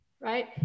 right